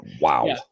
Wow